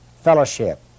fellowship